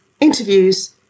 interviews